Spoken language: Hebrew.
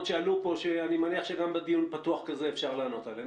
שעלו פה ושאני מניח שגם בדיון פתוח כזה אפשר לענות עליהן.